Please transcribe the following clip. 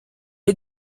est